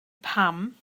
pam